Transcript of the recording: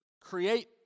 create